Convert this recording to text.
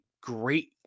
great